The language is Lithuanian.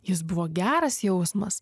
jis buvo geras jausmas